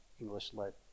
English-lit